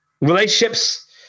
relationships